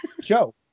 Joe